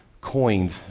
coined